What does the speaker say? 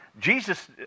Jesus